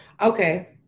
Okay